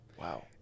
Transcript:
Wow